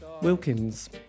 Wilkins